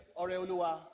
Oreolua